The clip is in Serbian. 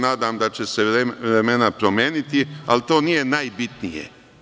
Nadam se da će se vremena promeniti, ali to nije najbitnije.